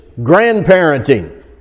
grandparenting